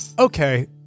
Okay